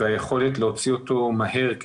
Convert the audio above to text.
והיכולת להוציא אותו מהר,